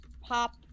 pop